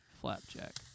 flapjack